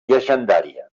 llegendària